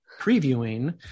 previewing